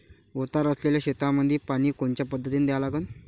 उतार असलेल्या शेतामंदी पानी कोनच्या पद्धतीने द्या लागन?